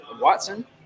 Watson